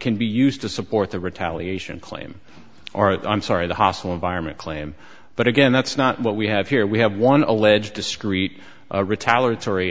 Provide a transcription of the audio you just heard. can be used to support the retaliation claim are i'm sorry the hostile environment claim but again that's not what we have here we have one alleged discrete retaliatory